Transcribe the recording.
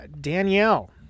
Danielle